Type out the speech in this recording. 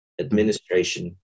administration